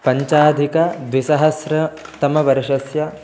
पञ्चाधिकद्विसहस्रतमवर्षस्य